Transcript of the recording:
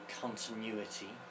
continuity